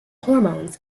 hormones